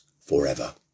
forever